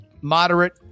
moderate